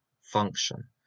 function